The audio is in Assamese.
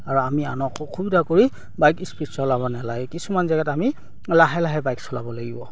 আৰু আমি আনক অসুবিধা কৰি বাইক স্পীড চলাব নালাগে কিছুমান জেগাত আমি লাহে লাহে বাইক চলাব লাগিব